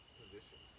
position